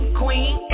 queen